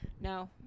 No